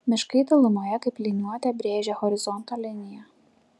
miškai tolumoje kaip liniuote brėžia horizonto liniją